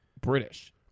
British